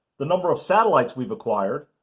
the number of satellites we've acquired,